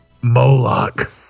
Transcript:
Moloch